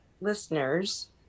listeners